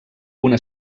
una